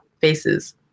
faces